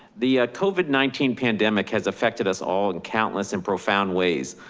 the covid nineteen pandemic has affected us all in countless and profound ways.